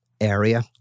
area